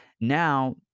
Now